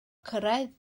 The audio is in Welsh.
cyrraedd